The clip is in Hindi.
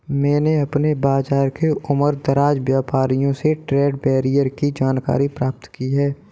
मैंने अपने बाज़ार के उमरदराज व्यापारियों से ट्रेड बैरियर की जानकारी प्राप्त की है